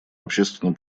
общественно